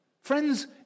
friends